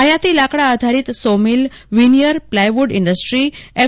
આયાતી લાકડા આધારિત saw mill veneer plywood industry એમ